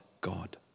God